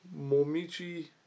Momichi